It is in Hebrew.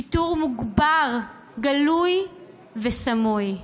שיטור מוגבר, גלוי וסמוי,